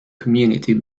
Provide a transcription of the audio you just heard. community